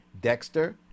Dexter